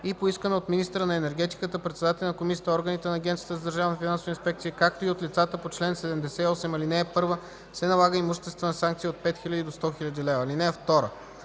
и поискана от министъра на енергетиката, председателя на Комисията, органите на Агенцията за държавна финансова инспекция, както и от лицата по чл. 78, ал. 1, се налага имуществена санкция от 5000 до 100 000 лв. (2)